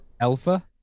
Alpha